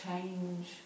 change